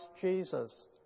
Jesus